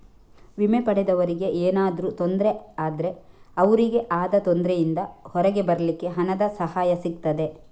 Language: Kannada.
ವಿಮೆ ಪಡೆದವರಿಗೆ ಏನಾದ್ರೂ ತೊಂದ್ರೆ ಆದ್ರೆ ಅವ್ರಿಗೆ ಆದ ತೊಂದ್ರೆಯಿಂದ ಹೊರಗೆ ಬರ್ಲಿಕ್ಕೆ ಹಣದ ಸಹಾಯ ಸಿಗ್ತದೆ